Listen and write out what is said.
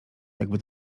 jakby